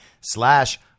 slash